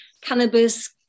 cannabis